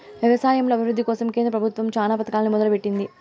వ్యవసాయంలో అభివృద్ది కోసం కేంద్ర ప్రభుత్వం చానా పథకాలనే మొదలు పెట్టింది